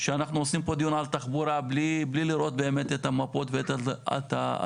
שאנחנו עושים דיון על תחבורה בלי לראות באמת את המפות ואת האלטרנטיבות.